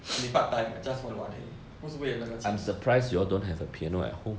I mean part time leh just 玩玩而已不是为了那个钱